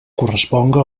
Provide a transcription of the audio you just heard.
corresponga